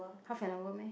half an hour meh